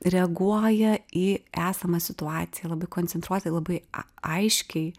reaguoja į esamą situaciją labai koncentruotai labai aiškiai